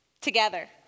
together